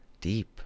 deep